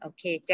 Okay